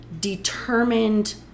determined